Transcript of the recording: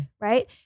right